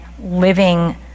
living